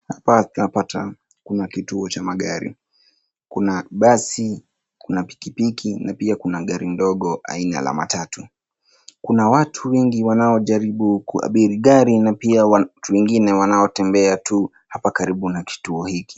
Hapa tunapata kuna kituo cha magari. Kuna basi na pikipiki na pia kuna gari ndogo aina la matatu. Kuna watu wengi wanaojaribu kuabiri gari na pia watu wengine wanotembea tu hapa karibu na kituo hiki.